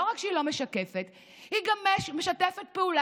לא רק שהיא לא משקפת היא גם משתפת פעולה